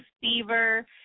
fever